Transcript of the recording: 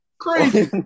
Crazy